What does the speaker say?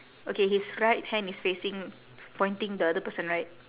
okay his right hand is facing pointing the the other person right